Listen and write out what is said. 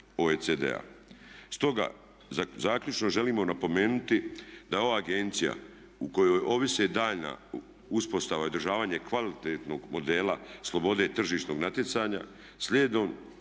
Stoga zaključno želimo napomenuti da je ova agencija o kojoj ovise daljnja uspostava i održavanje kvalitetnog modela slobode tržišnog natjecanja slijedom